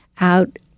out